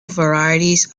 varieties